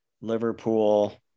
Liverpool